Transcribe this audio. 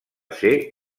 ser